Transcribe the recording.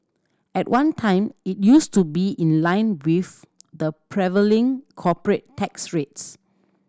at one time it used to be in line with the prevailing corporate tax rates